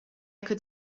could